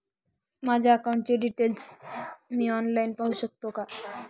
माझ्या अकाउंटचे डिटेल्स मी ऑनलाईन पाहू शकतो का?